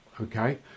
okay